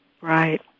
Right